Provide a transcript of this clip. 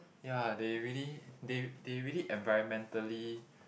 ya they really they they really environmentally